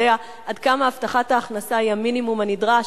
עד כמה הבטחת ההכנסה היא המינימום הנדרש.